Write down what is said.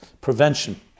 prevention